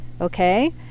Okay